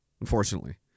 unfortunately